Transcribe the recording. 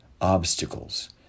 obstacles